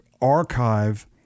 archive